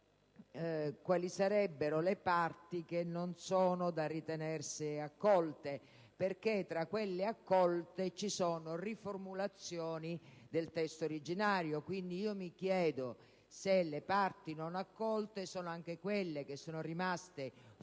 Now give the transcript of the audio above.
quali sarebbero le parti che non sono da ritenersi accolte, perché tra quelle accolte ci sono riformulazioni del testo originario. Mi chiedo se le parti non accolte sono anche quelle che sono rimaste fuori